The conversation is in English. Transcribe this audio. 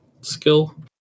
skill